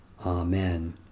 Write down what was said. Amen